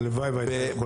הלוואי והייתה יכולה.